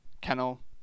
Kennel